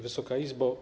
Wysoka Izbo!